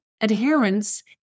adherence